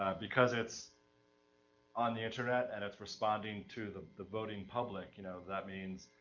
because it's on the internet and it's responding to the the voting public, you know, that means,